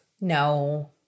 No